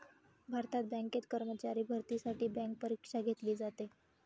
भारतात बँकेत कर्मचारी भरतीसाठी बँक परीक्षा घेतली जाते